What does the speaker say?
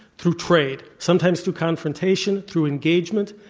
through trade, sometimes through confrontation, through engagement,